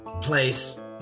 place